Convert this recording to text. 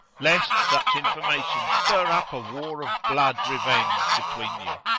lest such information stir up a war of blood revenge between you.